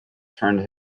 turned